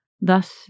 thus